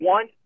One